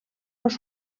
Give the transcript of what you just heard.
los